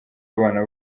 abana